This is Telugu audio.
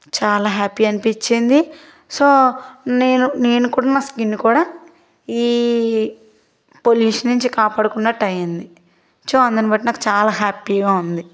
చాలా హ్యాప్పీ అనిపిచ్చింది సో నేను నేను కూడా నా స్కిన్ కూడా ఈ పొల్యూషన్ నుంచి కాపాడుకున్నట్టు అయ్యింది సో అందునిబట్టి నాకు చాలా హ్యాపీగా ఉంది